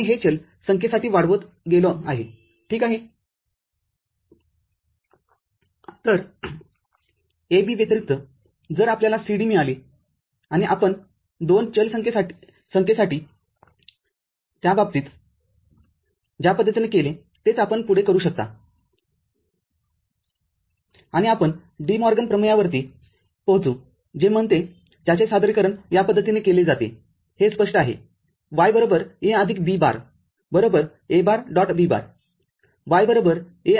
आणि हे चल संख्येसाठी वाढवित गेलो ठीक आहे तर A B व्यतिरिक्त जर आपल्याला C D मिळाले आणि आपण २ चल संख्येसाठी बाबतीत ज्या पद्धतीने केले तेच आपण पुढे करू शकता आणि आपण डी मॉर्गन प्रमेयावरती पोहोचू जे म्हणते ज्याचे सादरीकरण या पद्धतीने केले जाते हे स्पष्ट आहे